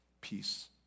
peace